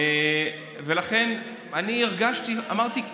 ולכן אני הרגשתי, אמרתי,